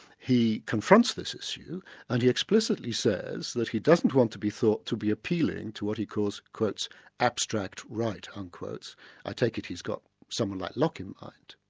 he confronts this issue and he explicitly says that he doesn't want to be thought to be appealing to what he calls calls abstract right, and i ah take it he's got someone like locke in mind.